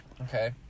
Okay